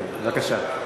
כן, בבקשה.